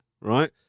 right